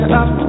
up